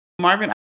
Marvin